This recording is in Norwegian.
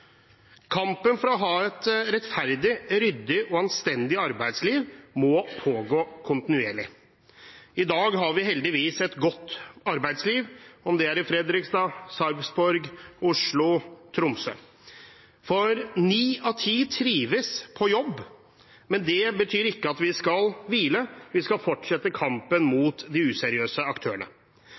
Kampen for å ha et rettferdig, ryddig og anstendig arbeidsliv må pågå kontinuerlig. I dag har vi heldigvis et godt arbeidsliv, om det er i Fredrikstad, i Sarpsborg, i Oslo, i Tromsø. Ni av ti trives på jobb, men det betyr ikke at vi skal hvile, vi skal fortsette kampen mot de useriøse aktørene.